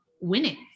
winning